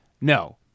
No